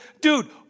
Dude